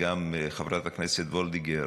גם חברת הכנסת וולדיגר